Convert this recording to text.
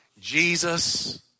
Jesus